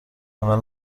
اول